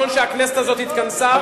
שהכנסת הזאת התכנסה.